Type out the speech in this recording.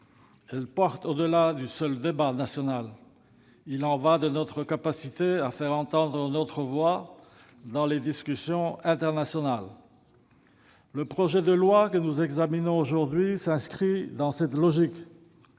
Elles portent au-delà du seul débat national : il y va de notre capacité à faire entendre notre voix dans les discussions internationales. Le projet de loi que nous examinons aujourd'hui s'inscrit dans cette logique.